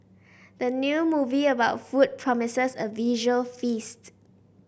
the new movie about food promises a visual feast